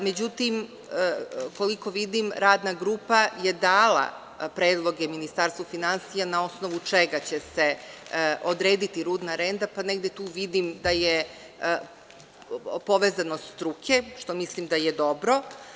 Međutim, koliko vidim, radna grupa je dala predloge Ministarstvu finansija na osnovu čega će se odrediti rudna renta, pa negde tu vidim da je povezanost struke, što mislim da je dobro.